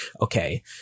okay